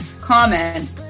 comment